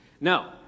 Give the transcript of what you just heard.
No